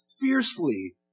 fiercely